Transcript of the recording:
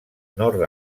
nord